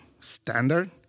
standard